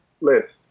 list